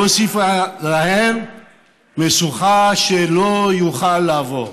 מוסיפה להם משוכה שלא יוכלו לעבור.